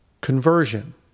conversion